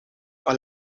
een